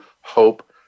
hope